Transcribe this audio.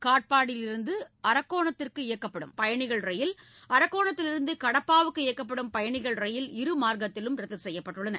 காட்பாடியிலிருந்து அரக்கோணத்திற்கு இயக்கப்படும் பயணிகள் ரயில் அரக்கோணத்திலிருந்து கடப்பாவுக்கு இயக்கப்படும் பயணிகள் ரயில் இருமார்க்கத்திலும் ரத்து செய்யப்பட்டுள்ளது